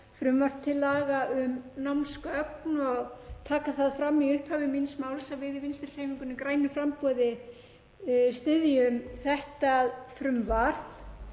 frumvarp til laga um námsgögn og taka það fram í upphafi míns máls að við í Vinstrihreyfingunni – grænu framboði styðjum þetta frumvarp.